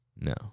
No